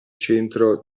centro